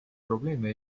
probleeme